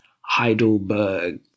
heidelberg